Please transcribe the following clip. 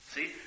See